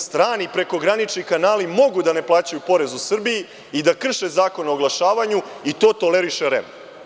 Strani prekogranični kanali mogu da ne plaćaju porez u Srbiji i da krše Zakon o oglašavanju i to toleriše REM.